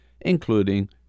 including